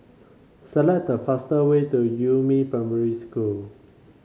select the fastest way to Yumin Primary School